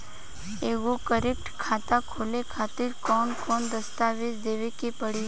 एगो करेंट खाता खोले खातिर कौन कौन दस्तावेज़ देवे के पड़ी?